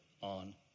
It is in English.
on